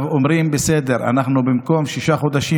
עכשיו אומרים: בסדר, במקום שישה חודשים,